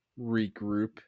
regroup